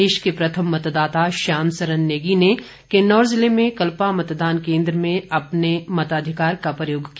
देश के प्रथम मतदाता श्याम सरन नेगी ने किन्नौर ज़िले में कल्या मतदान केन्द्र में अपने मताधिकार का प्रयोग किया